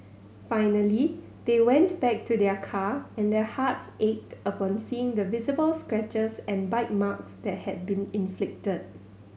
finally they went back to their car and their hearts ached upon seeing the visible scratches and bite marks that had been inflicted